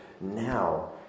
now